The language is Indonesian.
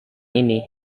ini